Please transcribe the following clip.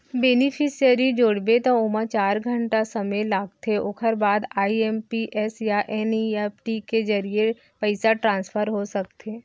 beneficiary जोड़बे त ओमा चार घंटा समे लागथे ओकर बाद आइ.एम.पी.एस या एन.इ.एफ.टी के जरिए पइसा ट्रांसफर हो सकथे